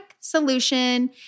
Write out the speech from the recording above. solution